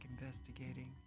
investigating